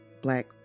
black